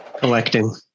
Collecting